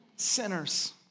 sinners